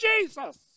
Jesus